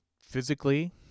physically